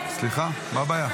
סליחה, מה הבעיה?